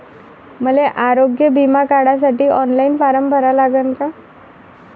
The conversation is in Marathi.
मले आरोग्य बिमा काढासाठी ऑनलाईन फारम भरा लागन का?